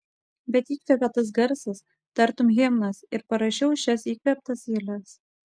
bet įkvėpė tas garsas tartum himnas ir parašiau šias įkvėptas eiles